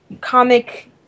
comic